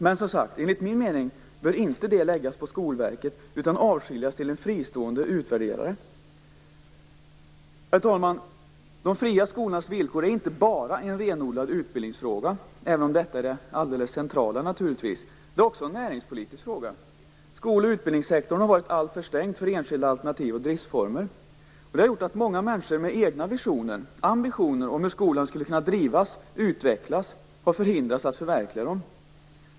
Men enligt min mening bör det inte läggas på Skolverket, utan avskiljas till en fristående utvärderare. Herr talman! De fria skolornas villkor är inte bara en renodlad utbildningsfråga - även om detta är det centrala. Det är också en näringspolitisk fråga. Skoloch utbildningssektorn har varit alltför stängd för enskilda alternativ och driftsformer. Många människor med egna visioner och ambitioner om hur skolan skulle kunna drivas och utvecklas har förhindrats att förverkliga dem.